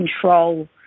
control